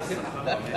תודה.